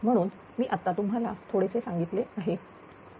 म्हणून मी आत्ता तुम्हाला थोडेसे सांगितले आहे बरोबर